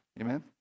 amen